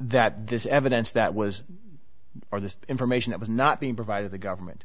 that this evidence that was or the information that was not being provided the government